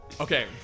Okay